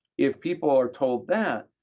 if people are told that,